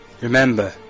Remember